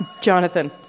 Jonathan